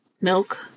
milk